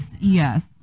yes